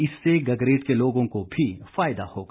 इससे गगरेट के लोगों को भी फायदा होगा